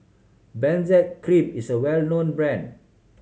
Benzac Cream is a well known brand